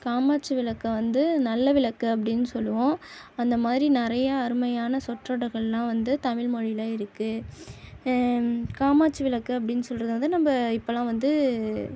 காமாட்சி விளக்கை வந்து நல்ல விளக்கு அப்படின்னு சொல்லுவோம் அந்த மாதிரி நிறைய அருமையான சொற்றொடர்கள்லாம் வந்து தமிழ் மொழியில் இருக்குது காமாட்சி விளக்கு அப்படினு சொல்றது வந்து நம்ப இப்போலாம் வந்து